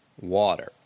water